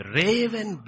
raven